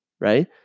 right